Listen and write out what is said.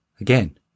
Again